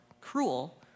cruel